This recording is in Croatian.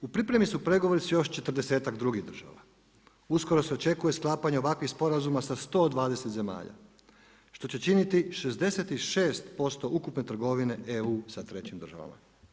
U pripremi su pregovori sa još 40-ak drugih država, uskoro se očekuje sklapanje ovakvih sporazuma sa 120 zemalja što će činiti 66% ukupne trgovine EU sa trećim državama.